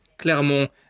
Clermont